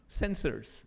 sensors